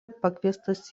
pakviestas